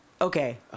Okay